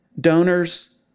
Donors